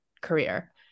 career